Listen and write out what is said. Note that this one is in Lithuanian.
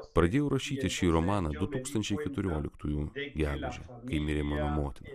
pradėjau rašyti šį romaną du tūkstančiai keturioliktųjų gegužę kai mirė mano motina